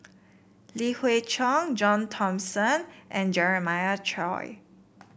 Li Hui Cheng John Thomson and Jeremiah Choy